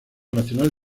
nacional